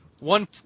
One